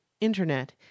Internet